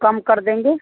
कम कर देंगे